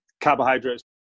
carbohydrates